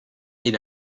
est